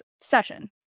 session